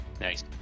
nice